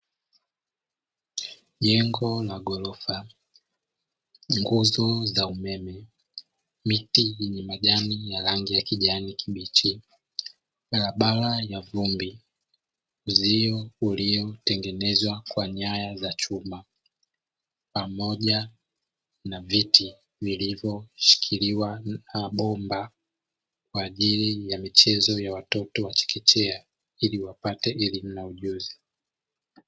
Jengo la ghorofa, nguzo za umeme, miti yenye majani ya rangi ya kijani kibichi, barabara ya vumbi, uzio uliotengenezwa kwa nyaya za chuma pamoja na viti vilivyoshikiliwa na bomba kwa ajili ya michezo ya watoto wa chekechea ili wapate elimu na ujuzi.